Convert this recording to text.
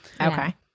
okay